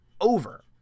over